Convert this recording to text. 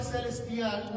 Celestial